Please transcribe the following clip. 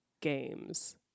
Games